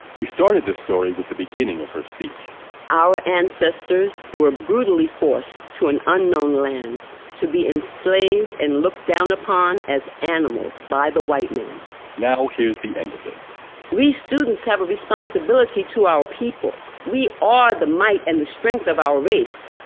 we started this story with the beginning of her speech our ancestors were brutally forced into an unknown land to be enslaved and looked down upon as animals by the white man now here's the end of it we students have a responsibility to our people. we are the might and the strength of our race.